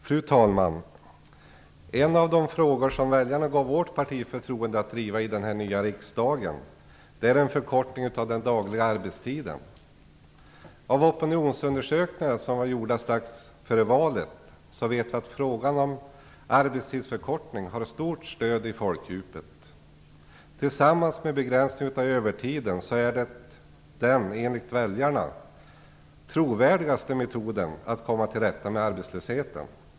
Fru talman! En av de frågor som väljarna gav vårt parti förtroende att driva i den nya riksdagen är en förkortning av den dagliga arbetstiden. Av opinionsundersökningar utförda strax före valet vet vi att frågan om arbetstidsförkortning har stort stöd i folkdjupet. Tillsammans med begränsning av övertiden är det den enligt väljarna trovärdigaste metoden att komma till rätta med arbetslösheten.